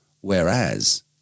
Whereas